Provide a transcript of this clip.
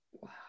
Wow